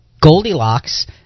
Goldilocks